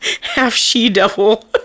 half-she-devil